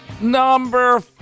Number